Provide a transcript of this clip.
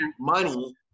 money